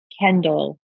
Kendall